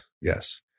Yes